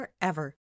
forever